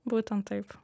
būtent taip